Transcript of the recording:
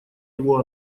его